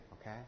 okay